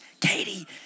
Katie